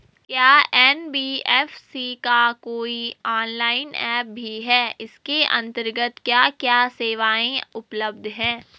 क्या एन.बी.एफ.सी का कोई ऑनलाइन ऐप भी है इसके अन्तर्गत क्या क्या सेवाएँ उपलब्ध हैं?